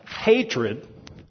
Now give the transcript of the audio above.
hatred